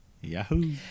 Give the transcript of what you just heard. Yahoo